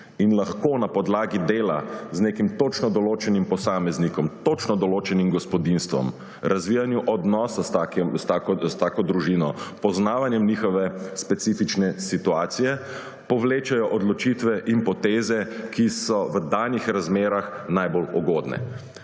in lahko na podlagi dela z nekim točno določenim posameznikom, točno določenim gospodinjstvom, razvijanja odnosa s tako družino, poznavanja njihove specifične situacije povlečejo odločitve in poteze, ki so v danih razmerah najbolj ugodne.